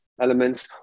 elements